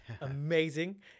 amazing